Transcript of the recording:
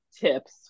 tips